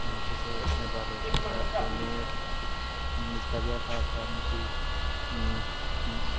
में तुसें ई अपने बारे च सनांऽ ता में निक्का जेहा था ते मिगी